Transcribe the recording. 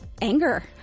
anger